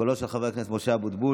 קולו של חבר הכנסת משה אבוטבול.